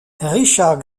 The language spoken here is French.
richard